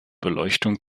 beleuchtung